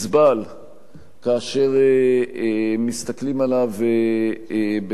כאשר מסתכלים עליו בפרספקטיבה מדינית.